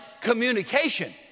communication